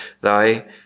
Thy